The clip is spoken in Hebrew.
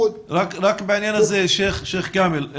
בעניין הזה, שייח' כאמל.